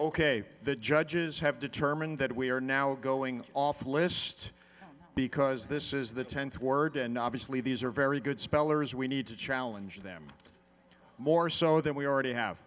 ok the judges have determined that we are now going off list because this is the tenth word and obviously these are very good spellers we need to challenge them more so than we already